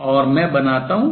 और मैं बनाता हूँ